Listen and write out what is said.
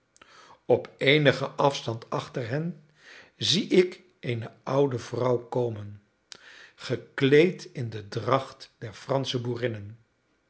op eenigen afstand achter hen zie ik eene oude vrouw komen gekleed in de dracht der fransche boerinnen